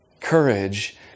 Courage